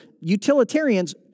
utilitarians